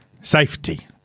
Safety